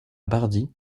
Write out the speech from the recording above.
bardi